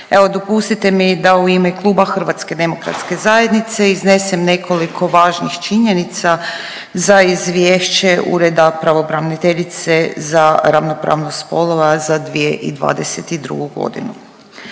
dopustite mi da u ime Kluba HDZ-a iznesem nekoliko važnih činjenica za Izvješće ureda pravobraniteljice za ravnopravnost spolova za 2022.g..